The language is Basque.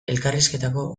elkarrizketako